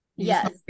Yes